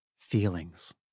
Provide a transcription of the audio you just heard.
feelings